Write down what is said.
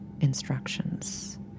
instructions